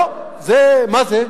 לא, זה מה זה?